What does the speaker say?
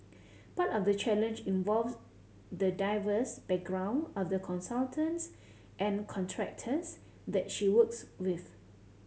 part of the challenge involves the diverse background of the consultants and contractors that she works with